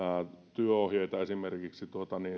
työohjeita esimerkiksi